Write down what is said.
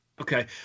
Okay